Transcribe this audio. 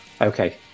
Okay